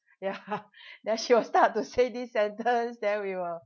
ya then she will start to say this sentence then we will